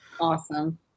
Awesome